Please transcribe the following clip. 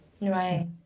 Right